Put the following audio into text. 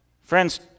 Friends